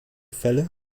fälle